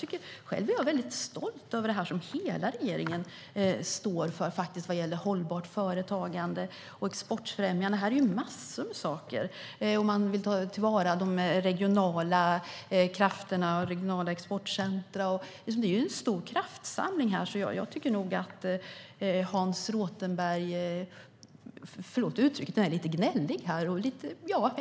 Men jag är själv stolt över det som hela regeringen står för vad gäller hållbart företagande och exportfrämjande. Det är massor av saker. Man vill ta till vara de regionala krafterna, regionala exportcentrum. Det är en stor kraftsamling, så jag tycker nog att Hans Rothenberg - förlåt uttrycket - är lite gnällig. Det tycker jag nog.